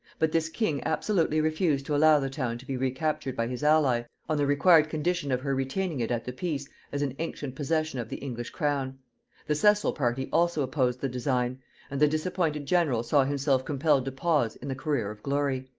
but this king absolutely refused to allow the town to be recaptured by his ally, on the required condition of her retaining it at the peace as an ancient possession of the english crown the cecil party also opposed the design and the disappointed general saw himself compelled to pause in the career of glory.